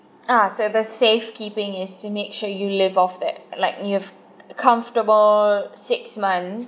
ah so the safekeeping is to make sure you live off that like you have comfortable six months